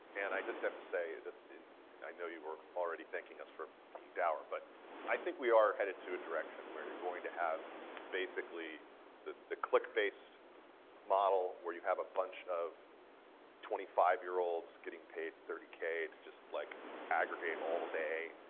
and i just have to say i know you were already thanking us for being dour, but i think we are headed to a direction where you're going to have basically the the click based model where you have a bunch of twenty five year olds getting paid thirty k to just like aggregate all day.